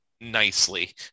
nicely